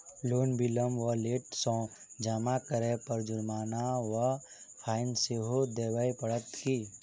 Loan विलंब वा late सँ जमा करै पर जुर्माना वा फाइन सेहो देबै पड़त की?